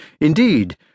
Indeed